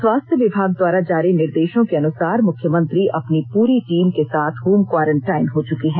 स्वास्थ्य विभाग द्वारा जारी निर्देशों के अनुसार मुख्यमंत्री अपनी पूरी टीम के साथ होम क्वारंटाइन हो चुके हैं